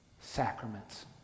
Sacraments